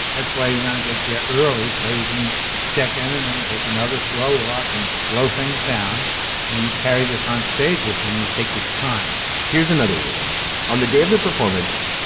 that's why you want to get there early so you can check in and then take another slow walk and slow things down and you carry this on stage within you take your time here's another rule on the day of the performance.